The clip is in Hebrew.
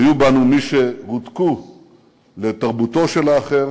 היו בנו מי שרותקו לתרבותו של האחר